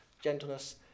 gentleness